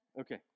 Okay